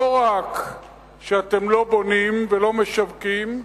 לא רק שאתם לא בונים ולא משווקים,